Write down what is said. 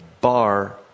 bar